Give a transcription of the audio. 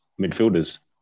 midfielders